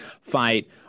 fight